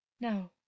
No